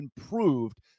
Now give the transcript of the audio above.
improved